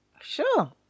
Sure